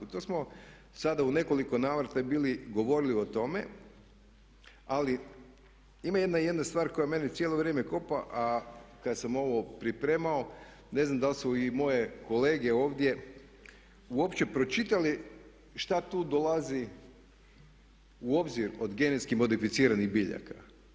To smo sada u nekoliko navrata bili govorili o tome, ali ima jedna stvar koja mene cijelo vrijeme kopka, a kad sam ovo pripremao ne znam da li su i moje kolege uopće pročitali šta tu dolazi u obzir od genetski modificiranih biljaka.